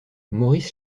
maurice